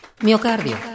Miocardio